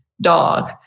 dog